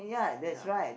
ya